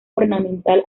ornamental